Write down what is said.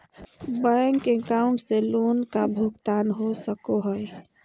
Bank account से loan का भुगतान हो सको हई?